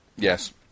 Yes